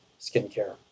skincare